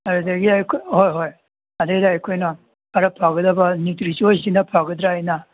ꯑꯗꯨꯗꯒꯤ ꯑꯩꯈꯣꯏ ꯍꯣꯏ ꯍꯣꯏ ꯑꯗꯩꯗ ꯑꯩꯈꯣꯏꯅ ꯈꯔ ꯐꯒꯗꯕ ꯅ꯭ꯌꯨꯇ꯭ꯔꯤ ꯆꯣꯏꯁꯁꯤꯅ ꯐꯒꯗ꯭ꯔꯥꯅ